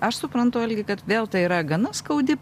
aš suprantu algi kad vėl tai yra gana skaudi